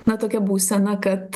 na tokia būsena kad